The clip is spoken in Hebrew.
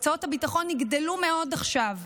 הוצאות הביטחון יגדלו מאוד עכשיו,